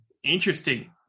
interesting